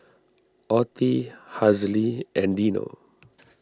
Ottie Hazle and Dino